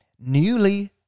Newly